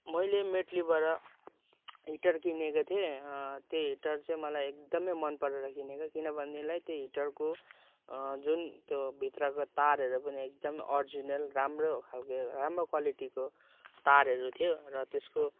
मैले मेटलीबाट हिटर किनेको थिएँ त्यो हिटर चाहिँ मलाई एकदमै मन परेर किनेको किन भने देखिलाई त्यो हिटरको जुन त्यो भित्रको तारहरू पनि एकदमै अरिजिनल राम्रो खालके राम्रो क्वालिटीको तारहरू थियो र त्यसको